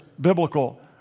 biblical